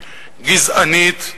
גזענית,